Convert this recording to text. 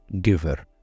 giver